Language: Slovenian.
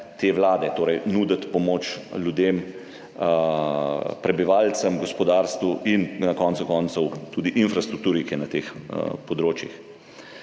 te vlade, torej nuditi pomoč ljudem, prebivalcem, gospodarstvu in na koncu koncev tudi infrastrukturi, ki je na teh območjih.